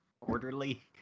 Orderly